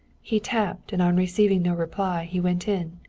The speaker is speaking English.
he tapped, and on receiving no reply he went in.